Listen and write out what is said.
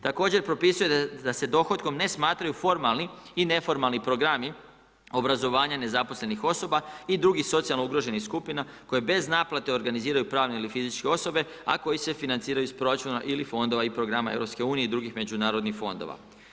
Također, propisuje se da se dohotkom ne smatraju formalni i neformalni programi obrazovanja nezaposlenih osoba i drugih socijalno ugroženih skupina koje bez naplate organiziraju pravne ili fizičke osobe a koji se financiraju iz proračuna ili fondova i programa EU-a i drugih međunarodnih fondova.